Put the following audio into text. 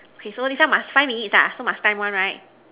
okay so this one must five minutes ah so must time one right